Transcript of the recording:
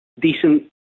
Decent